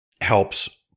helps